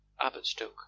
Abbotstoke